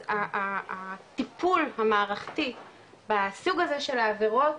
אז הטיפול המערכתי בסוג הזה של העבירות